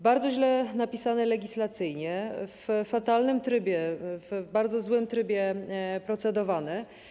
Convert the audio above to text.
Bardzo źle napisany legislacyjnie, w fatalnym trybie, w bardzo słabym trybie procedowany.